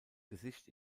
gesicht